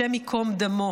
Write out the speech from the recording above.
השם ייקום דמו,